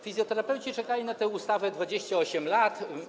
Fizjoterapeuci czekali na tę ustawę 28 lat.